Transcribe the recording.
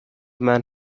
man